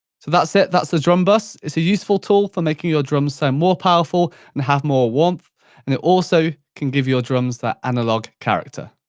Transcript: so, that's it, that's the drum buss. it's a useful tool for making your drums sound more powerful and have more warmth and it also can give your drums that analogue character.